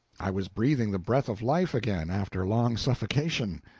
i was breathing the breath of life again after long suffocation.